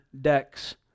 decks